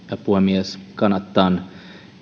puhemies kannatan